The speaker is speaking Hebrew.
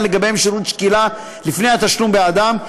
לגביהם שירות שקילה לפני התשלום בעדם,